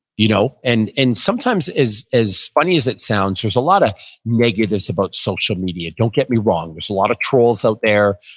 you know and and sometimes as funny as it sounds, there's a lot of negatives about social media don't get me wrong, there's a lot of trolls out there.